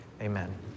Amen